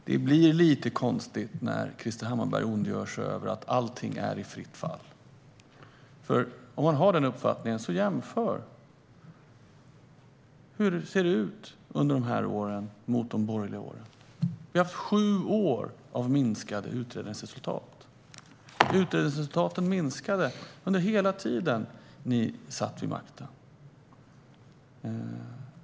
Det blir lite konstigt när Krister Hammarbergh ondgör sig över att allt är i fritt fall. Om man har den uppfattningen, så jämför: Hur ser det ut under de här åren i jämförelse med de borgerliga åren? Vi har haft sju år av minskade utredningsresultat: utredningsresultaten minskade under hela tiden ni satt vid makten.